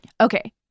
okay